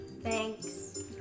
Thanks